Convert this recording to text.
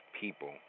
people